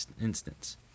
instance